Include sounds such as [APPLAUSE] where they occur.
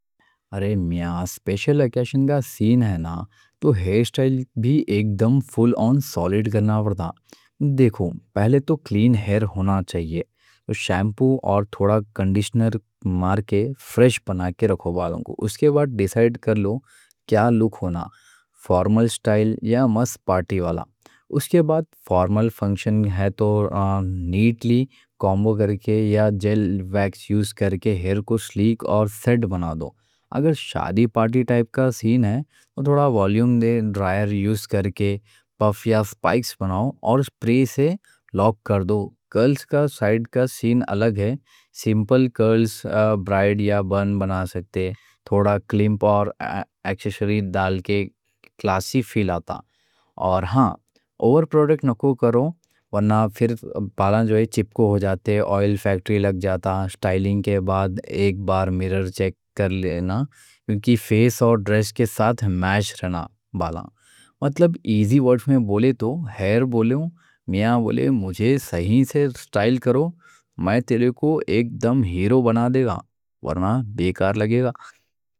ارے میّاں سپیشل اکیشن کا سین ہے نا، تو ہیر سٹائل بھی ایک دم فل آن سالڈ کرنا ورنہ. دیکھو پہلے تو کلین ہیر ہونا چاہیے. شیمپو اور تھوڑا کنڈیشنر مار کے فریش بنا کے رکھو بالاں کو. اس کے بعد ڈیسائیڈ کر لو کیا لوک ہونا، فارمل سٹائل یا پارٹی والا. اگر فارمل فنکشن ہے تو نیٹلی کوم کر کے یا جیل ویکس یوز کر کے ہیر کو سلیک اور سیٹ بنا دو. اگر شادی پارٹی ٹائپ کا سین ہے تو تھوڑا والیوم دے، ڈرائر یوز کر کے پف یا اسپائکس بناؤ اور اسپرے سے لاک کر دو. کرلز کا سائیڈ کا سین الگ ہے، سمپل کرلز، برائیڈ یا بن بنا سکتے. تھوڑا کلپ اور [HESITATION] ایکسیسریز ڈال کے کلاسی فیل آتا. اور ہاں اوور پروڈکٹ نکو کرو، ورنہ پھر بالاں جو ہے چپکو ہو جاتے، آئل فیکٹری لگ جاتا. سٹائلنگ کے بعد ایک بار میرر چیک کر لینا کیونکہ فیس اور ڈریس کے ساتھ میش رہنا بالاں. مطلب ایزی ورڈ میں بولے تو ہیر بولے ہون، میاں بولے مجھے صحیح سے سٹائل کرو، میں تیرے کو ایک دم ہیرو بنا دے گا، ورنہ بیکار لگے گا.